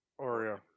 Oreo